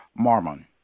Marmon